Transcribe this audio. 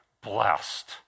blessed